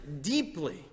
deeply